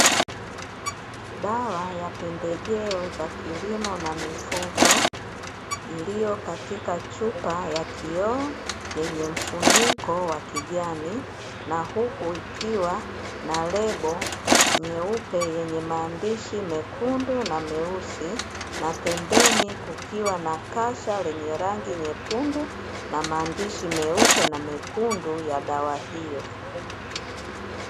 Dawa ya pembejeo za kilimo na mifugo iliyo katika chupa ya kioo yenye mfuniko wa kijani na huku ikiwa na lebo nyeupe yenye maandishi mekundu na meusi na pembeni kukiwa na kasha lenye rangi nyekundu na maandishi meupe na mekundu ya dawa hiyo.